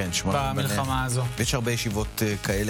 התשפ"ד 2024,